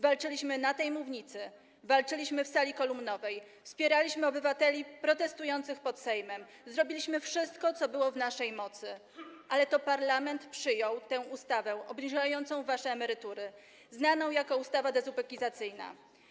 Walczyliśmy na tej mównicy, walczyliśmy w sali kolumnowej, wspieraliśmy obywateli protestujących pod Sejmem, zrobiliśmy wszystko, co było w naszej mocy, ale to parlament przyjął tę ustawę obniżającą wasze emerytury, znaną jako ustawa dezubekizacyjna.